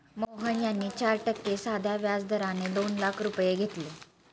मोहन यांनी चार टक्के साध्या व्याज दराने दोन लाख रुपये घेतले